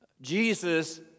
Jesus